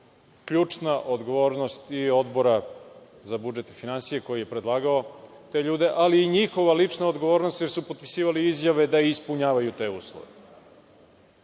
ključna odgovornost i Odbora za budžet i finansije koji je predlagao te ljude, ali i njihova lična odgovornost jer su potpisivali izjave da ispunjavaju te uslove. To